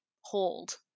hold